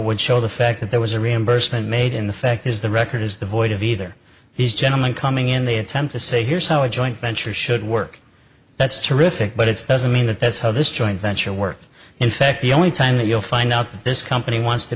would show the fact that there was a reimbursement made in the fact is the record is the void of either these gentlemen coming in the attempt to say here's how it joint venture should work that's terrific but it's doesn't mean that that's how this joint venture work in fact the only time that you'll find out that this company wants to